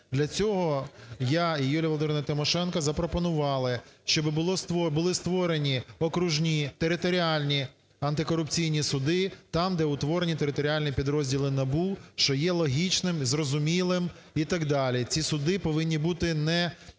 Для цього я і Юлія Володимирівна Тимошенко запропонували, щоб були створені окружні, територіальні антикорупційні суди там, де утворені територіальні підрозділи НАБУ, що є логічним, зрозумілим і так далі. Ці суди повинні бути невеликими